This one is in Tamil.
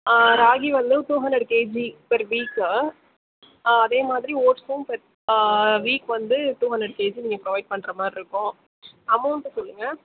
ஆ ராகி வந்து two hundred KG per week ஆ அதே மாதிரி ஓட்ஸ்ஸும் பர் ஆ வீக் வந்து டூ ஹண்ட்ரட் கேஜி நீங்கள் ப்ரொவைட் பண்ணுற மாதிரி இருக்கும் அமௌண்ட்டு சொல்லுங்கள்